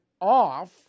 off